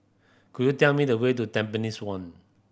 could you tell me the way to Tampines One